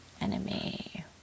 Enemy